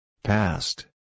Past